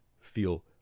feel